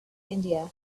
india